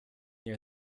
near